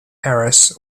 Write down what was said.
harris